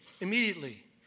immediately